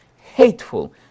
hateful